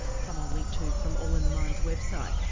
some i'll link to from all in the mind's website.